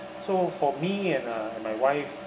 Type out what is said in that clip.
so for me and uh my wife